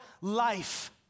life